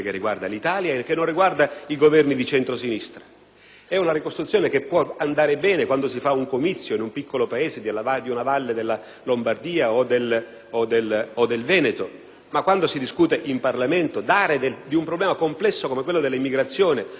È una ricostruzione che può andare bene quando si fa un comizio in un piccolo paese di una valle della Lombardia o del Veneto, ma quando si discute in Parlamento dare di un problema complesso come quello dell'immigrazione una rappresentazione di questo tipo è un atteggiamento quasi caricaturale.